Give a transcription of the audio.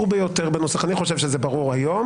ביותר בנוסח אני חושב שזה ברור היום